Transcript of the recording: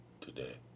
today